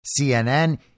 CNN